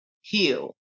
heal